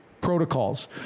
protocols